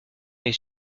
est